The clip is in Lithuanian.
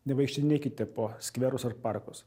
nevaikštinėkite po skverus ar parkus